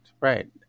Right